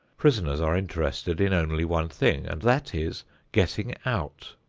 prisoners are interested in only one thing, and that is getting out.